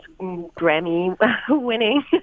Grammy-winning